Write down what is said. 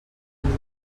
del